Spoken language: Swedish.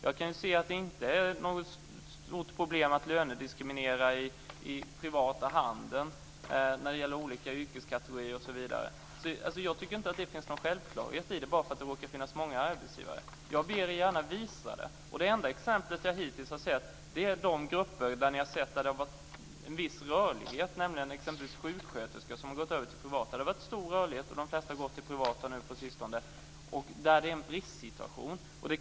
Jag kan se att det inte är något stort problem att lönediskriminera i den privata handeln när det gäller olika yrkeskategorier osv. Det är inte någon självklarhet bara därför att det råkar finnas många arbetsgivare. Jag ber er visa det. Det enda exempel jag har sett hittills är de grupper som har haft en viss rörlighet, exempelvis sjuksköterskor som har gått över till det privata. Det har varit stor rörlighet, och de flesta har på sistone gått över till det privata. Där är det en bristsituation.